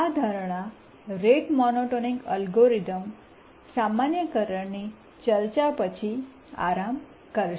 આ ધારણા rate monotonic algorithm સામાન્યકરણની ચર્ચા પછી આરામ કરશે